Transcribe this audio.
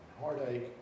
heartache